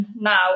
now